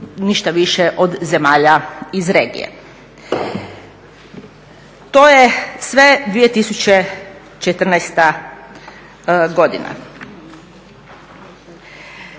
ništa više od zemalja iz regije. To je sve 2014. godina.